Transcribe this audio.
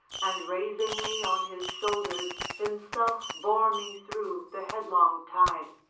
and raising me on his shoulders himself bore me through the headlong tide.